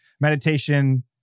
Meditation